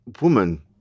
woman